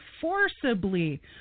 forcibly